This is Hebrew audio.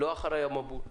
ולא אחריי המבול.